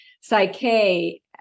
Psyche